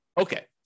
Okay